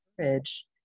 courage